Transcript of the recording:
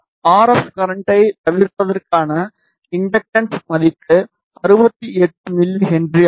R F கரண்ட்டை தவிர்ப்பதற்கான inductance மதிப்பு 68 என்ஹச் ஆகும்